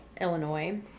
Illinois